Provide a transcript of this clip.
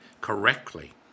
correctly